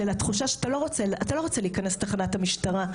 של התחושה שאדם לא רוצה להיכנס לתחנת המשטרה,